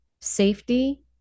safety